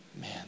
Man